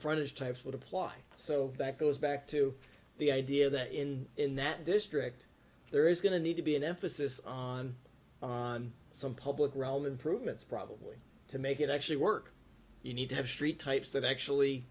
frontage types would apply so that goes back to the idea that in in that district there is going to need to be an emphasis on some public realm improvements probably to make it actually work you need to have street types that actually